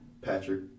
Patrick